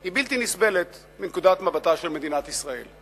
היא בלתי נסבלת מנקודת מבטה של מדינת ישראל.